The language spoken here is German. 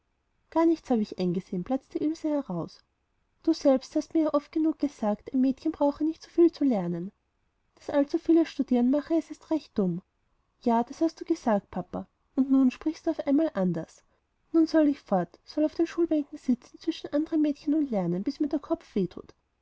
gar nichts habe ich eingesehen platzte ilse heraus du selbst hast mir ja oft genug gesagt ein mädchen brauche nicht so viel zu lernen das allzu viele studieren mache es erst recht dumm ja das hast du gesagt papa und nun sprichst du mit einemmal anders nun soll ich fort soll auf den schulbänken sitzen zwischen andern mädchen und lernen bis mir der kopf weh